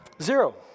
Zero